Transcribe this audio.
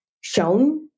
shown